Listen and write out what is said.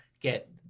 get